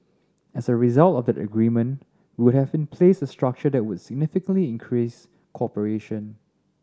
as a result of that agreement we would have in place a structure that would significantly increase cooperation